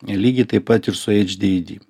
lygiai taip pat ir su adhd